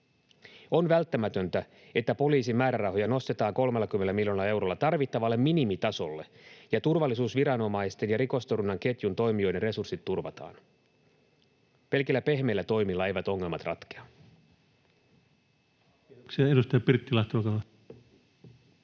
On välttämätöntä, että poliisin määrärahoja nostetaan 30 miljoonalla eurolla tarvittavalle minimitasolle ja turvallisuusviranomaisten ja rikostorjunnan ketjun toimijoiden resurssit turvataan. Pelkillä pehmeillä toimilla eivät ongelmat ratkea.